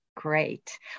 Great